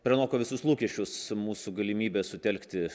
pranoko visus lūkesčius mūsų galimybės sutelkti